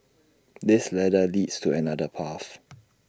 this ladder leads to another path